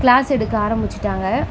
class எடுக்க ஆரமிச்சிட்டாங்க